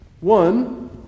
One